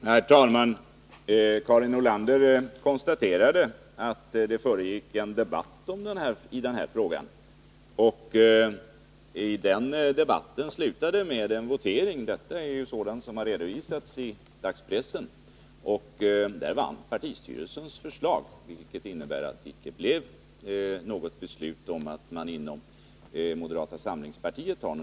Herr talman! Karin Nordlander konstaterade att det förekom en debatt i den här frågan. Såsom har redovisats i dagspressen slutade den debatten med en votering, och där vann partistyrelsens förslag. Följden härav var att det icke blev något beslut om att det skulle genomföras en utredning inom moderata samlingspartiet i frågan.